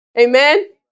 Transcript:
Amen